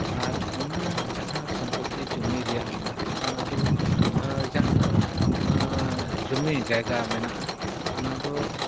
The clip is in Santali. ᱟᱨ ᱚᱱᱟ ᱡᱟᱦᱟᱸ ᱥᱚᱢᱯᱚᱛᱛᱤ ᱡᱩᱢᱤ ᱨᱮᱭᱟᱜ ᱢᱮᱱᱟᱜᱼᱟ ᱚᱱᱟ ᱫᱚ ᱡᱟᱦᱟᱸ ᱡᱩᱢᱤ ᱡᱟᱭᱜᱟ ᱢᱮᱱᱟᱜᱼᱟ ᱚᱱᱟ ᱫᱚ